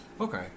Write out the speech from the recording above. Okay